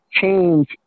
change